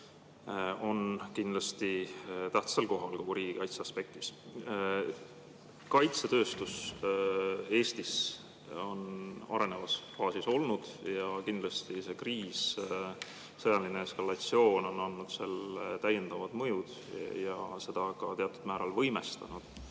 on kindlasti tähtsal kohal kogu riigikaitse aspektis. Kaitsetööstus Eestis on arenevas faasis olnud ja kindlasti see kriis, sõjaline eskalatsioon on andnud sellele täiendavad mõjud ja seda ka teatud määral võimestanud.